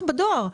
בדואר.